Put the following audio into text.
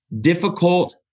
difficult